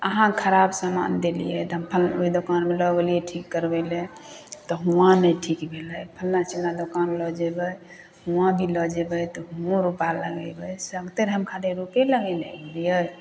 अहाँ खराब समान देलिए तऽ फल्लाँ ओहि दोकानमे लऽ गेलिए ठीक करबै लऽ तऽ हुआँ नहि ठीक भेलै फल्लाँ चिल्लाँ दोकान लऽ जेबै हुआँ भी लऽ जेबै तऽ हुऔँ रुपा लगेबै सबतरि हम खाली रुपै लगेने घुरिए